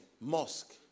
mosque